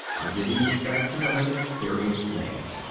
under the inspection of an experienced man.